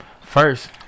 First